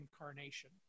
Incarnation